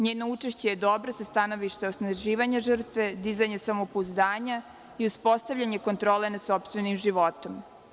NJeno učešće je dobro sa stanovišta osnaživanja žrtve, dizanja samopouzdanja i uspostavljanja kontrole nad sopstvenim životom.